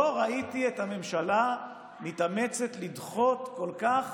לא ראיתי את הממשלה מתאמצת לדחות כל כך